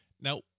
Now